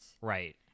Right